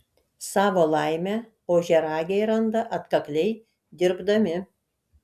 savo laimę ožiaragiai randa atkakliai dirbdami